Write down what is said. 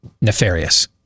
Nefarious